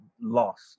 lost